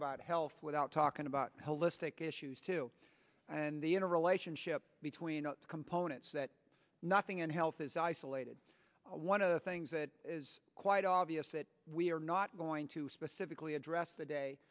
about health without talking about holistic issues to and the in a relationship between components that nothing in health is isolated one of the things that is quite obvious that we are not going to specifically address the day